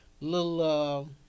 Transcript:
little